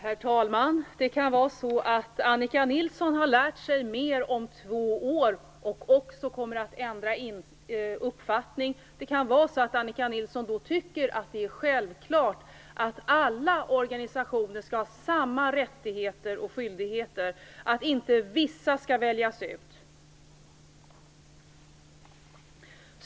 Herr talman! Det kan vara så att Annika Nilsson har lärt sig mer om två år och också kommer att ändra uppfattning. Då kanske Annika Nilsson tycker att det är självklart att alla organisationer skall ha samma rättigheter och skyldigheter och att inte vissa skall väljas ut.